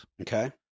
Okay